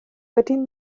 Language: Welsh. wedyn